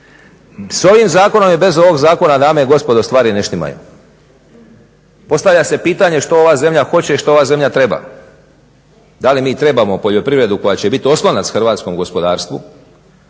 S ovim zakonom i bez ovog zakona dame i gospodo stvari ne štimaju. Postavlja se pitanje što ova zemlja hoće i što ova zemlja treba? da li mi trebamo poljoprivredu koja će biti oslonac hrvatskom gospodarstvu